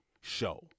show